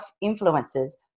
influences